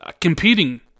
competing